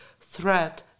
threat